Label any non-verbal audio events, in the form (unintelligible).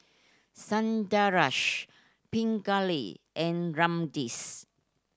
Sundaresh Pingali and (unintelligible)